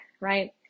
right